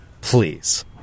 please